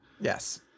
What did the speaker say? Yes